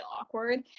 awkward